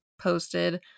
posted